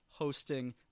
hosting